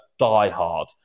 diehard